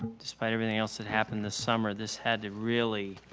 just by everything else that happened this summer, this had to really